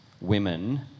women